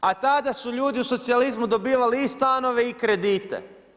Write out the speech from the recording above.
A tada su ljudi u socijalizmu dobivali i stanove i kredite.